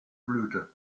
blüte